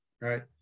right